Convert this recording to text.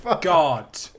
god